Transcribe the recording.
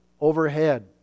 overhead